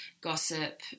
gossip